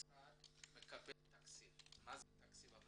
גם כשהמשרדים השונים והרשויות מפעילים תכניות לנוער